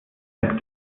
hemd